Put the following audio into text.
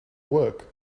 work